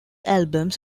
albums